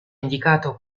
indicato